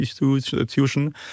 institution